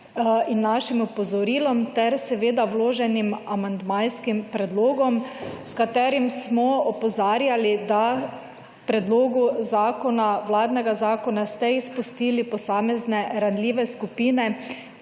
in našim opozorilom, ter seveda vloženim amandmajskim predlogom, s katerim smo opozarjali, da k predlogu zakona, vladnega zakona ste izpustili posamezne ranljive skupine,